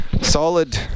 solid